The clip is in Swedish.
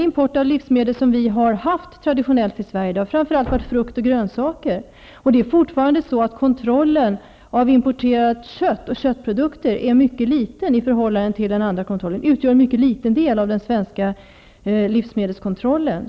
Importen till Sverige har traditionellt gällt framför allt frukt och grönsaker, och fortfarande utgör importerat kött en mycket liten del av den svenska livsmedelskontrollen.